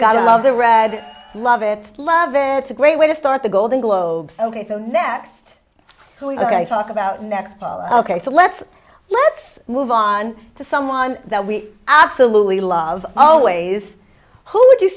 got to love the red love it love there it's a great way to start the golden globes ok so next i talk about next ok so let's let's move on to someone that we absolutely love always who would you